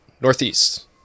northeast